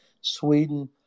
Sweden